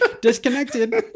disconnected